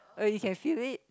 oh you can feel it